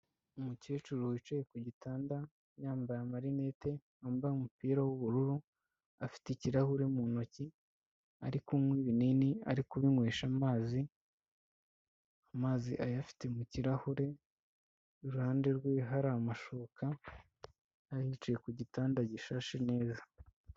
Umukecuru wicaye ku gitanda yambara amarinete, wambaye umupira w'ubururu, afite ikirahuri mu ntoki, ari kunywa ibinini, ari kubinywesha amazi, amazi ayafite mu kirahure, iruhande rwe hari amashuka yariyicaye ku gitanda gishashe neza.